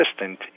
assistant